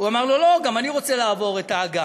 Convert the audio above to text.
הוא אמר לו, לא, גם אני רוצה לעבור את האגם.